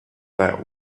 that